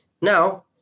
Now